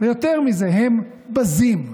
ויותר מזה, הם בזים,